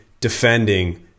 defending